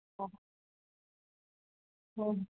હા હમ